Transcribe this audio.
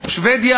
שבדיה